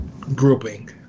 grouping